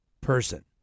person